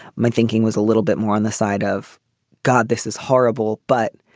my thinking was a little bit more on the side of god. this is horrible. but,